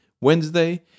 Wednesday